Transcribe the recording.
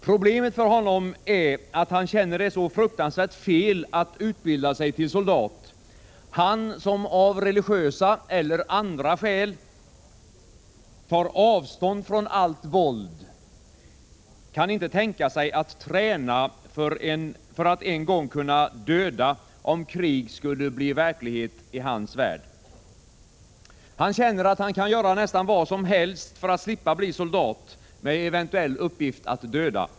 Problemet för honom är, att han känner det så fruktansvärt fel att utbilda sig till soldat. Han, som av religiösa — eller andra — skäl tar avstånd från allt våld, kan inte tänka sig att träna för att en gång kunna döda, om krig skulle bli verklighet i hans värld. Han känner, att han kan göra nästan vad som helst för att slippa bli soldat med eventuell uppgift att döda.